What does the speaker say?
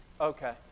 Okay